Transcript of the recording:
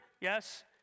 Yes